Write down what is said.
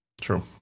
True